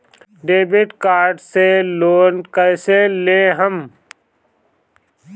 Debit card से loan कईसे लेहम?